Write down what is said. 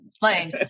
playing